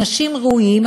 אנשים ראויים,